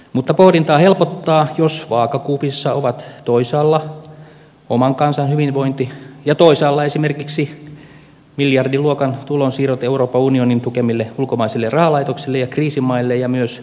pohdintaa helpottaa jos vaakakupissa ovat toisaalla oman kansan hyvinvointi ja toisaalla esimerkiksi miljardiluokan tulonsiirrot euroopan unionin tukemille ulkomaisille rahalaitoksille ja kriisimaille ja myös kehitysapuun